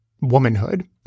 womanhood